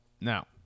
Now